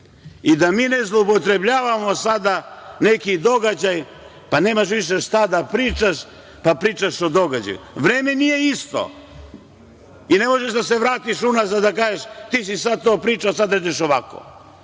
rekao. Mi ne zloupotrebljavamo sada neki događaj, pa nemaš više šta da pričaš, pa pričaš o događaju. Vreme nije isto i ne možeš da se vratiš unazad i da kažeš – ti si sad to pričao, sad pričaš ovako,